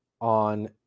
on